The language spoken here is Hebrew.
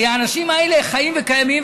הרי האנשים האלה חיים וקיימים,